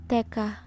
Teka